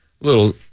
little